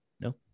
no